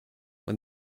when